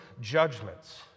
judgments